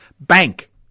bank